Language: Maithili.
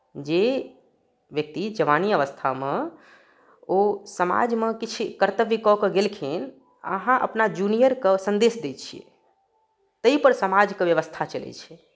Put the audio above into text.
जे व्यक्ति जवानी अवस्थामे ओ समाजमे किछु कर्तव्य कऽ कऽ गेलखिन अहाँ अपना जूनियरकेँ संदेश दै छियै ताहिपर समाजके व्यवस्था चलै छै